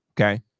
Okay